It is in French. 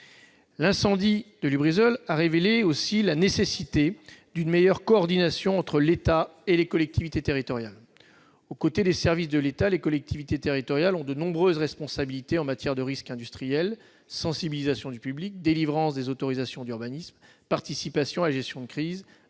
L'incendie de l'usine Lubrizol a révélé aussi la nécessité d'une meilleure coordination entre l'État et les collectivités territoriales. Aux côtés des services de l'État, les collectivités territoriales ont de nombreuses responsabilités en matière de risques industriels : sensibilisation du public, délivrance des autorisations d'urbanisme, participation à la gestion de crise,